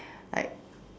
like